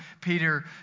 Peter